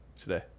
today